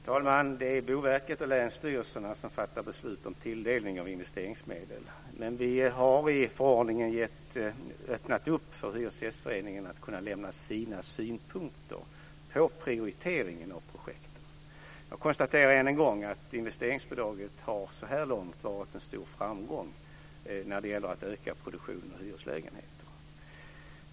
Fru talman! Det är Boverket och länsstyrelserna som fattar beslut om tilldelning av investeringsmedel, men vi har i förordningen öppnat upp för Hyresgästföreningen att kunna lämna sina synpunkter på prioriteringen av projektet. Jag konstaterar än en gång att investeringsbidraget så här långt har varit en stor framgång när det gäller att öka produktionen av hyreslägenheter.